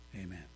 Amen